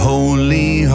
Holy